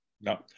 No